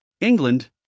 England